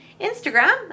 Instagram